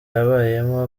yabayemo